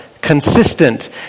consistent